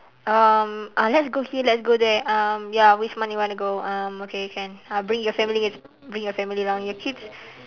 um ah let's go here let's go there um ya which month you wanna go um okay can um bring your family bring your family along your kids